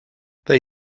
they